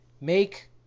make